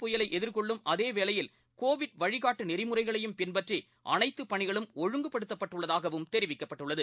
புயலைஎதிர்கொள்ளும் அதேவேளையில் கோவிட் வழிகாட்டுநெறிமுறைகளையும் டவ்தே பின்பற்றிஅனைத்துபணிகளும் ஒழுங்குபடுத்தப்பட்டுள்ளதாகவும் தெரிவிக்கப்பட்டுள்ளது